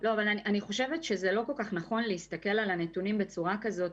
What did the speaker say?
אבל אני חושבת שזה לא כל כך נכון להסתכל על הנתונים בצורה כזאת,